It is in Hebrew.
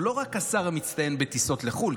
הוא לא רק השר המצטיין בטיסות לחו"ל,